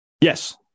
Yes